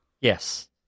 Yes